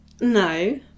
No